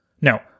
Now